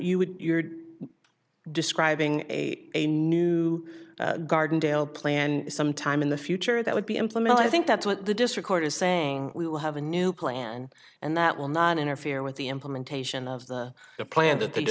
you would you're describing a a new gardendale plan sometime in the future that would be implemented i think that's what the district court is saying we will have a new plan and that will not interfere with the implementation of the plan that the d